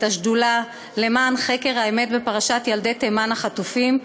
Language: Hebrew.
השדולה למען חקר האמת בפרשת ילדי תימן החטופים,